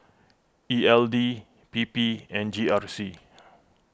E L D P P and G R C